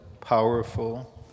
powerful